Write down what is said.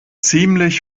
ziemlich